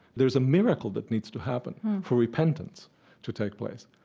there's a miracle that needs to happen for repentance to take place.